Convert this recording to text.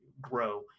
grow